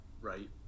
Right